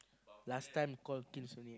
last time call kills only